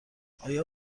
آیا